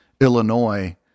Illinois